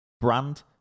brand